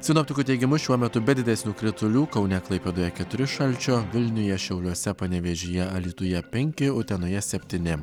sinoptikų teigimu šiuo metu be didesnių kritulių kaune klaipėdoje keturi šalčio vilniuje šiauliuose panevėžyje alytuje penki utenoje septyni